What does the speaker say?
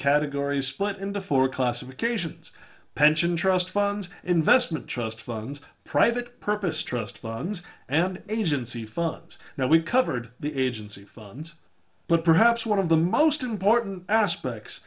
categories split into four classifications pension trust funds investment trust funds private purpose trust funds and agency funds now we covered the agency funds but perhaps one of the most important aspects